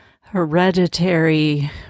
hereditary